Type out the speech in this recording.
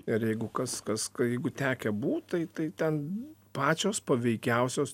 ir jeigu kas kas jeigu tekę būt tai tai ten pačios paveikiausios